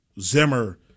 Zimmer